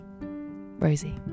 Rosie